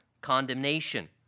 condemnation